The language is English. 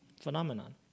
phenomenon